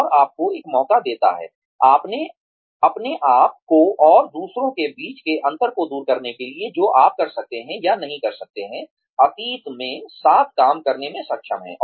यह आपको एक मौका देता है अपने आप को और दूसरों के बीच के अंतर को दूर करने के लिए जो आप कर सकते हैं या नहीं कर सकते हैं अतीत में साथ काम करने में सक्षम हैं